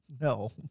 No